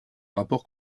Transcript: rapports